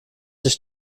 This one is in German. sich